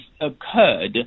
occurred